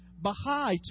Baha'i